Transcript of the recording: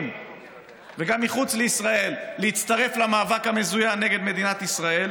וגם מחוץ לישראל, להצטרף למאבק המזוין נגד ישראל,